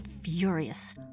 furious